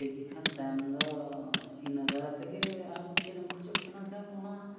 ᱴᱷᱤᱠ ᱜᱮᱠᱷᱟᱱ ᱛᱟᱭᱚᱢ ᱫᱚ ᱤᱱᱟᱹᱫᱷᱟᱨᱟ ᱛᱮᱜᱮ ᱟᱢ ᱪᱮᱫ ᱮᱢ ᱠᱷᱚᱡᱚᱜ ᱠᱟᱱᱟ ᱚᱱᱟ ᱛᱟᱭᱚᱢ ᱚᱱᱟ